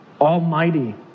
almighty